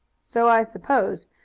so i suppose.